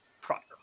proper